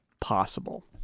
possible